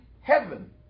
heaven